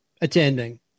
attending